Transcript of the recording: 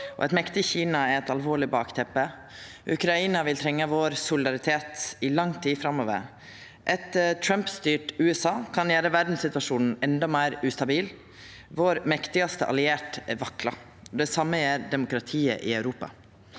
eit mektig Kina er eit alvorleg bakteppe. Ukraina vil trenga vår solidaritet i lang tid framover. Eit Trump-styrt USA kan gjera verdssituasjonen endå meir ustabil. Vår mektigaste allierte vaklar. Det same gjer demokratiet i Europa.